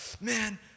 man